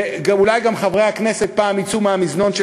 ואולי גם חברי הכנסת פעם יצאו מהמזנון של